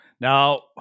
Now